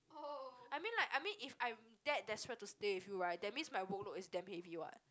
I mean like I mean if I'm that desperate to stay with you right that means my workload is damn heavy what